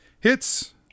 Hits